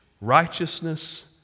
righteousness